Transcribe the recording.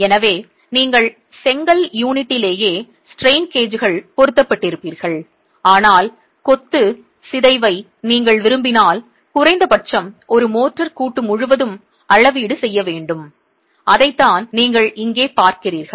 எனவே நீங்கள் செங்கல் யூனிட்டிலேயே ஸ்ட்ரெய்ன் கேஜ்கள் பொருத்தப்பட்டிருப்பீர்கள் ஆனால் கொத்து சிதைவை நீங்கள் விரும்பினால் குறைந்தபட்சம் ஒரு மோர்டார் கூட்டு முழுவதும் அளவீடு செய்ய வேண்டும் அதைத்தான் நீங்கள் இங்கே பார்க்கிறீர்கள்